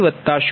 25j0